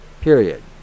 Period